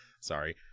sorry